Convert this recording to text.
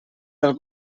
del